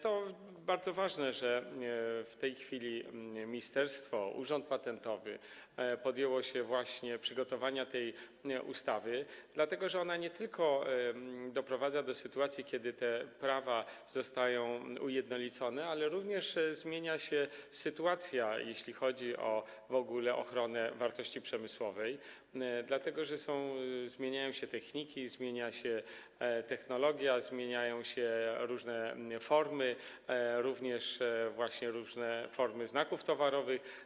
To bardzo ważne, że w tej chwili ministerstwo, Urząd Patentowy podjęły się przygotowania tej ustawy, ponieważ ona nie tylko doprowadza do sytuacji, kiedy te prawa zostają ujednolicone, ale również zmienia się sytuacja, jeśli chodzi w ogóle o ochronę wartości przemysłowej, dlatego że zmieniają się techniki, zmienia się technologia, zmieniają się różne formy, również różne formy znaków towarowych.